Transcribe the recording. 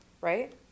right